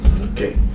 Okay